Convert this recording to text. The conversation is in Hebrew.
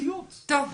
טוב,